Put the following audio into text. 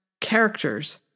characters